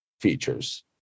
features